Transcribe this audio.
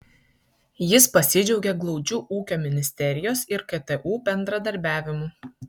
jis pasidžiaugė glaudžiu ūkio ministerijos ir ktu bendradarbiavimu